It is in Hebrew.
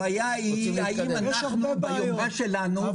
הבעיה היא האם במדינה שלנו --- יש הרבה בעיות.